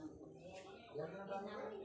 ನನ್ನ ಪಾಣಿಮ್ಯಾಲೆ ನನ್ನ ಗೆಳೆಯಗ ಸಾಲ ಕೊಡಬಹುದೇನ್ರೇ?